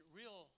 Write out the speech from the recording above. real